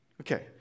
Okay